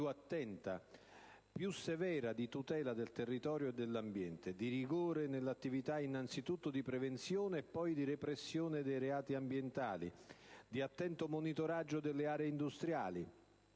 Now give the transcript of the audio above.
attenta e più severa di tutela del territorio e dell'ambiente, di rigore nell'attività innanzitutto di prevenzione e poi di repressione dei reati ambientali, di attento monitoraggio delle aree industriali,